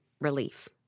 relief